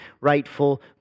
rightful